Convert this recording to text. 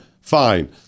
fine